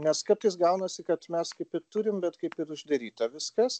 nes kartais gaunasi kad mes kaip ir turim bet kaip ir uždaryta viskas